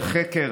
על חקר,